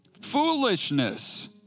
foolishness